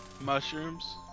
Mushrooms